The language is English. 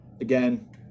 again